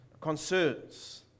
concerns